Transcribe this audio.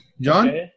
John